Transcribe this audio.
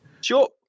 Sure